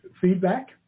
feedback